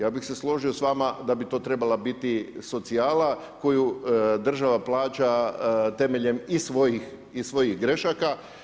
Ja bi se složio s vama da bi to trebala biti socijala koju država plaća temeljem i svojih grešaka.